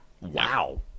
Wow